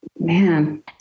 Man